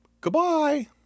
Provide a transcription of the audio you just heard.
Goodbye